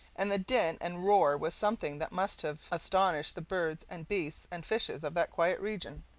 and the din and roar was something that must have astonished the birds and beasts and fishes of that quiet region.